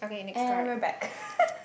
and we're back